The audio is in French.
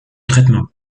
traitement